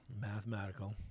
Mathematical